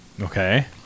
Okay